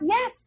Yes